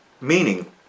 meaning